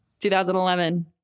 2011